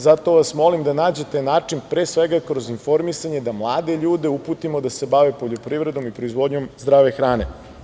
Zato vas molim da nađete način, pre svega kroz informisanje, da mlade ljude uputimo da se bave poljoprivredom i proizvodnjom zdrave hrane.